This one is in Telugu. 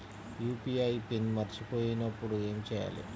యూ.పీ.ఐ పిన్ మరచిపోయినప్పుడు ఏమి చేయాలి?